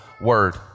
word